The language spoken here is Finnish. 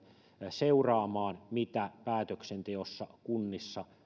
seuraamaan mitä päätöksenteossa kunnissa